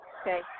Okay